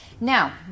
Now